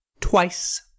Twice